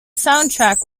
soundtrack